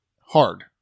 Hard